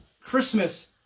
Christmas